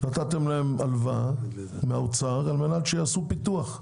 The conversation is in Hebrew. שנתתם להם הלוואה מהאוצר כדי שיעשו פיתוח.